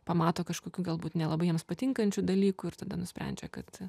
pamato kažkokių galbūt nelabai jiems patinkančių dalykų ir tada nusprendžia kad